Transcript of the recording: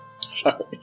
Sorry